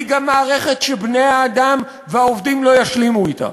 והיא גם מערכת שבני-האדם והעובדים לא ישלימו אתה.